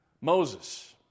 Moses